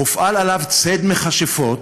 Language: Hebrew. הופעל עליו ציד מכשפות,